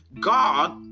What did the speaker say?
god